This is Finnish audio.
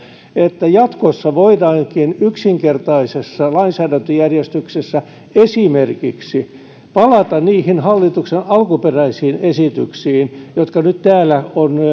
että jatkossa voidaankin yksinkertaisessa lainsäädäntöjärjestyksessä esimerkiksi palata niihin hallituksen alkuperäisiin esityksiin jotka nyt täällä on